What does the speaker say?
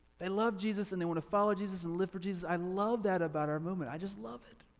they love jesus and they wanna follow jesus and live for jesus. i love that about our movement. i just love it.